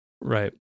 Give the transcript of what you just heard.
Right